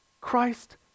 Christ